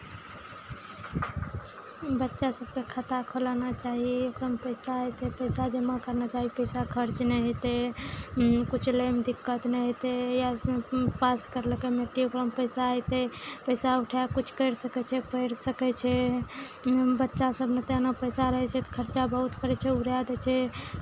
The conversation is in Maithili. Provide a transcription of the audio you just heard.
बच्चा सभके खाता खोलाना चाही ओकरामे पैसा हेतै पैसा जमा करना चाही पैसा खर्च नहि हेतै किछु लैमे दिक्कत नहि हेतै या पास करलकै कमिटी ओकरामे पैसा अयतै पैसा उठाए कऽ किछु करि सकै छै पढ़ि सकै छै बच्चासभ नहि तऽ एना पैसा रहै छै तऽ खर्चा बहुत करै छै उड़ा दै छै